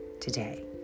today